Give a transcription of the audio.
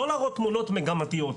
לא להראות תמונות מגמתיות.